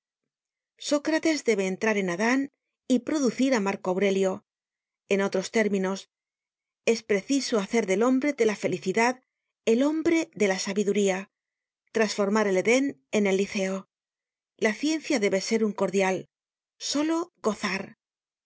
sócrates debe entrar en adan y producir á marco aurelio en otros términos es preciso hacer del hombre de la felicidad el hombre de la sabiduría trasformar el eden en el liceo la ciencia debe ser un cordial solo gozar